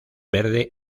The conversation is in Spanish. verde